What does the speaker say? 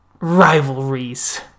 rivalries